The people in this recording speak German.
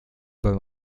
beim